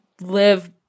live